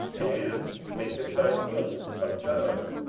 and makest thy boast of god,